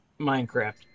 Minecraft